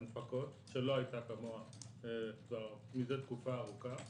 הנפקות שלא הייתה כמוה מזה תקופה ארוכה.